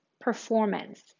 performance